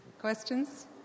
Questions